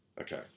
Okay